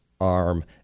arm